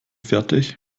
fertig